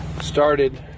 started